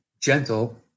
gentle